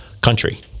country